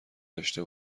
داشته